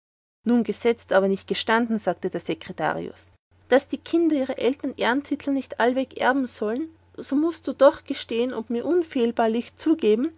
nun gesetzt aber nicht gestanden sagte der sekretarius daß die kinder ihrer eltern ehrentitul nicht allweg erben sollen so mußt du doch gestehen und mir unfehlbarlich zugeben